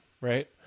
right